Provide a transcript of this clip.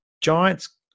Giants